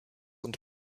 und